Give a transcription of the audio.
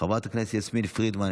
חברת הכנסת יסמין פרידמן,